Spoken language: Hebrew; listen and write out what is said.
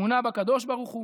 אמונה בקדוש ברוך הוא,